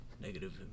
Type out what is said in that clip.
negative